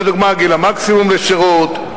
לדוגמה, גיל המקסימום לשירות,